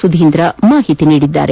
ಸುಧೀಂದ್ರ ಮಾಹಿತಿ ನೀಡಿದ್ದಾರೆ